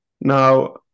Now